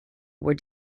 were